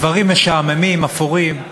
דברים משעממים, אפורים.